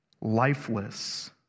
lifeless